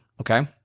okay